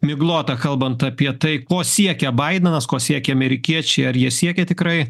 miglota kalbant apie tai ko siekia baidenas ko siekia amerikiečiai ar jie siekia tikrai